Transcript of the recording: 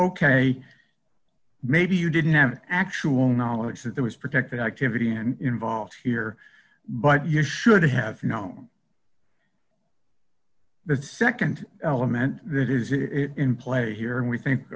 ok maybe you didn't have actual knowledge that there was protected activity and involved here but you should have known that nd element that is is in play here and we think